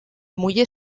muller